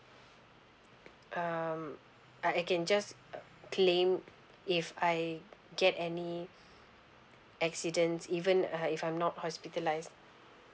um I I can just uh claim if I get any accidents even uh if I'm not hospitalized